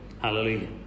Hallelujah